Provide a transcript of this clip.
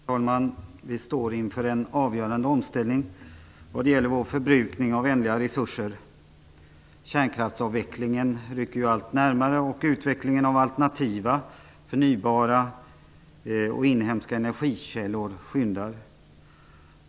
Fru talman! Vi står inför en avgörande omställning när det gäller vår förbrukning av ändliga resurser. Kärnkraftsavvecklingen rycker ju allt närmare, och utvecklingen av alternativa, förnybara och inhemska energikällor brådskar.